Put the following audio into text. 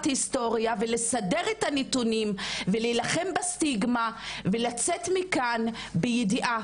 היסטוריה ולסדר את הנתונים ולהילחם בסטיגמה ולצאת מכאן בידיעה